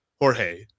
Jorge